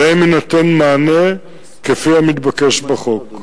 ויינתן להם מענה כפי המתבקש בחוק.